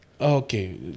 Okay